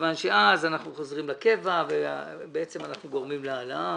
מכיוון שאז אנחנו חוזרים לקבע ובעצם אנחנו גורמים להעלאה.